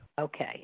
Okay